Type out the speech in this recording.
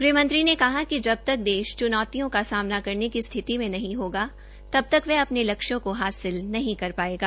गृहमंत्री ने कहा कि जब तक देश च्नौतियों का समाना करने की स्थिति में नहीं होगा तब तक वह अपने लक्ष्यों को हासिल नहीं कर पायेगा